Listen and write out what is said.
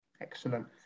Excellent